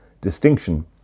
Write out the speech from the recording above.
Distinction